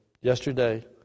yesterday